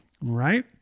Right